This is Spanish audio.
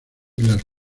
islas